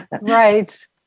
Right